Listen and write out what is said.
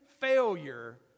failure